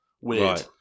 Weird